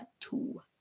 two